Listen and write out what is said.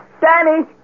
Danny